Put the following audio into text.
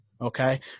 okay